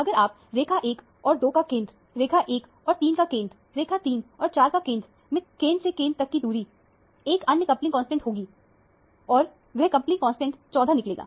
अगर आप रेखा 1 और 2 का केंद्र रेखा 1 और 3 का केंद्र रेखा 3 और 4 का केंद्र में तब केंद्र से केंद्र तक की दूरी एक अन्य कपलिंग कांस्टेंट होगी और वह कपलिंग कांस्टेंट 14 निकलेगा